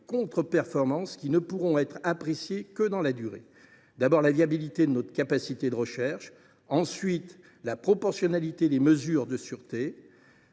contre performances qui ne pourront être appréciées que dans la durée. Elles concerneront, tout d’abord, la viabilité de notre capacité de recherche, ensuite, la proportionnalité des mesures de sûreté,